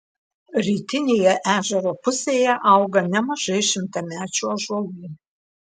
rytinėje ežero pusėje auga nemažai šimtamečių ąžuolų